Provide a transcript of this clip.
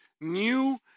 new